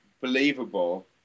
believable